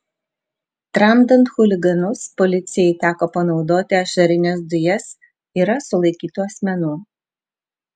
tramdant chuliganus policijai teko panaudoti ašarines dujas yra sulaikytų asmenų